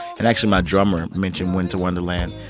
and actually, my drummer mentioned winter wonderland.